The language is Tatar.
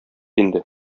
инде